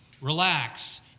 Relax